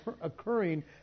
occurring